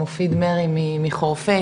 מופיד מרעי מחורפיש,